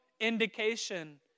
indication